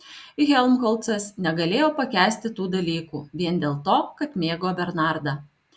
helmholcas negalėjo pakęsti tų dalykų vien dėl to kad mėgo bernardą